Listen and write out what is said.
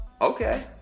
okay